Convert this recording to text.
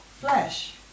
flesh